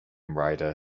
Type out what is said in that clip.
rider